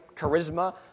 charisma